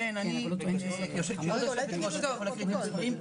כבוד היושבת-ראש, אני יכול לקרוא את המספרים?